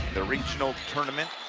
the regional tournament,